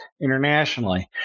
internationally